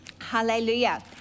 hallelujah